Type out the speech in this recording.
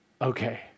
okay